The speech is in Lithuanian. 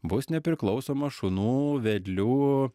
bus nepriklausoma šunų vedlių